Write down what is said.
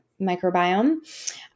microbiome